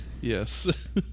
Yes